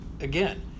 again